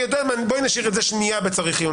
בואי נשאיר את זה שנייה ב-"צריך עיון".